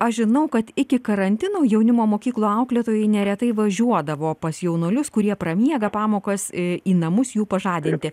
aš žinau kad iki karantino jaunimo mokyklų auklėtojai neretai važiuodavo pas jaunuolius kurie pramiega pamokas į namus jų pažadinti